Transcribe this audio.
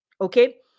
okay